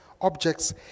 objects